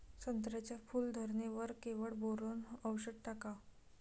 संत्र्याच्या फूल धरणे वर केवढं बोरोंन औषध टाकावं?